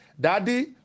Daddy